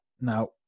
now